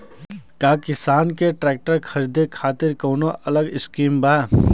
का किसान के ट्रैक्टर खरीदे खातिर कौनो अलग स्किम बा?